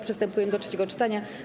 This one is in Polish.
Przystępujemy do trzeciego czytania.